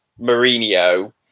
Mourinho